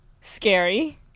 scary